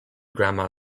grandma